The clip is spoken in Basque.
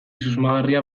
susmagarria